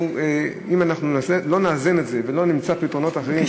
אם אנחנו לא נאזן את זה ולא נמצא פתרונות אחרים,